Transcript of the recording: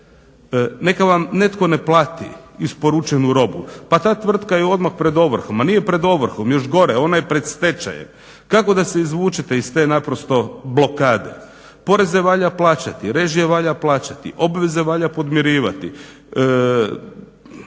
Neka vam netko ne plati isporučenu robu pa ta tvrtka je odmah pred ovrhom, nije pred ovrhom još gore ona je pred stečajem. Kako da se izvučete iz te blokade? Poreze valja plaćati, režije valja plaćati, obveze valja podmirivati,